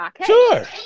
sure